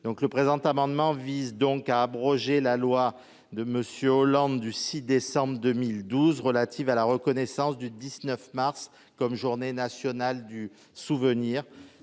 Le présent amendement vise donc à abroger la loi de M. Hollande du 6 décembre 2012 relative à la reconnaissance du 19 mars comme journée nationale du souvenir